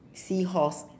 seahorse